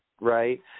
right